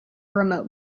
remote